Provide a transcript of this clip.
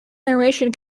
narration